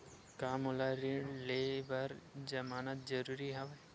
का मोला ऋण ले बर जमानत जरूरी हवय?